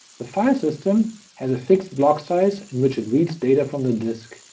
the file system has a fixed block size in which it reads data from the disk,